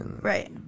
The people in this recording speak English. Right